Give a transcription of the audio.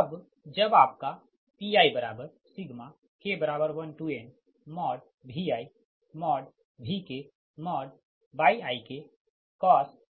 अब जब आपका Pik1nViVkYikcos